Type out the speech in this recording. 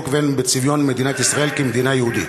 והן בצביון מדינת ישראל כמדינה יהודית.